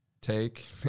take